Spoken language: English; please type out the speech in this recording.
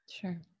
Sure